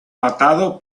matado